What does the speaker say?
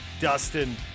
Dustin